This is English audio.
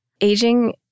Aging